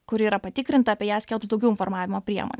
kuri yra patikrinta apie ją skelbs daugiau informavimo priemon